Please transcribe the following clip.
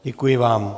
Děkuji vám.